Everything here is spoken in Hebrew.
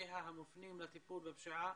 ומשאביה המופנים לטיפול בפשיעה